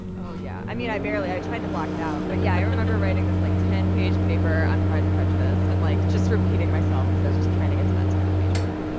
oh, yeah. i mean, i barely i tried to block it out, but yeah. i remember writing this, like, ten page paper on pride and prejudice and, like, just repeating myself cause i was just trying to get to that ten page mark.